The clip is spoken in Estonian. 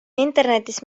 internetis